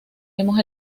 hemos